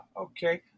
Okay